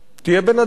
תהיה בן-אדם.